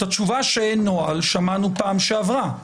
את התשובה שאין נוהל שמענו בפעם שעברה.